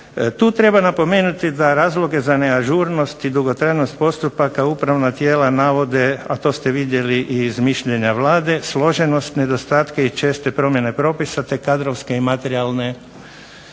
Tu treba napomenuti da razloge za neažurnost i dugotrajnost postupaka upravna tijela navode, a to ste vidjeli iz mišljenja Vlade, složenost, nedostatke i česte promjene propise te kadrovske i materijalne